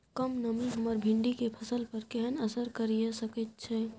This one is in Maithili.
कम नमी हमर भिंडी के फसल पर केहन असर करिये सकेत छै?